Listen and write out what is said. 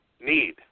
need